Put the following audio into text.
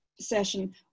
session